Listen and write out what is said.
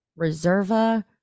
Reserva